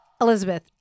Elizabeth